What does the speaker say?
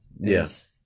yes